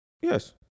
Yes